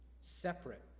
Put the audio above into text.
separate